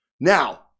Now